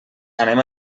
anem